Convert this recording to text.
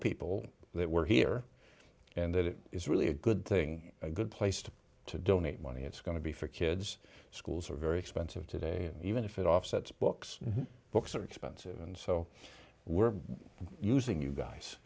people that we're here and that it is really a good thing a good place to to donate money it's going to be for kids schools are very expensive today even if it offsets books and books are expensive and so we're using you guys